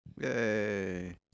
Yay